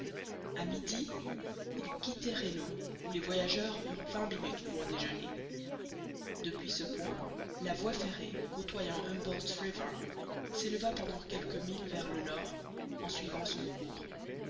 a midi il quittait reno où les voyageurs eurent vingt minutes pour déjeuner depuis ce point la voie ferrée côtoyant humboldt river s'éleva pendant quelques milles vers le nord en suivant son cours